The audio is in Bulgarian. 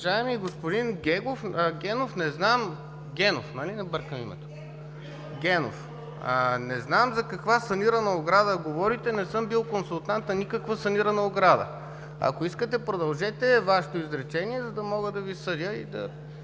Уважаеми господин Генов, за каква санирана ограда говорите?! Не съм бил консултант на никаква санирана ограда. Ако искате, продължете Вашето изречение, за да мога да Ви съдя и да